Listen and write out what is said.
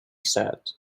said